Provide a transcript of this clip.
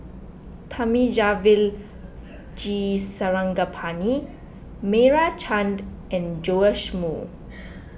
Thamizhavel G Sarangapani Meira Chand and Joash Moo